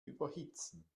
überhitzen